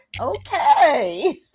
okay